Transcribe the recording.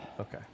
Okay